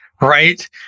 right